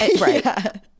Right